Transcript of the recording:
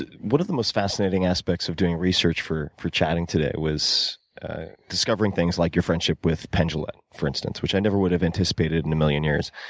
one of the most fascinating aspects of doing research for for chatting today was discovering things like your friendship with penn jillette, for instance, which i never would have anticipated in a million years.